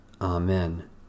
Amen